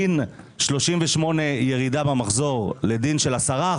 דין 38% ירידה במחזור לדין של 10%,